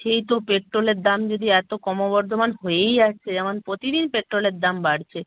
সেই তো পেট্রোলের দাম যদি এত কমোবর্ধমান হয়েই যাচ্ছে যেমন প্রতিদিন পেট্রোলের দাম বাড়ছে